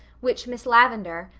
which miss lavendar,